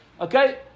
Okay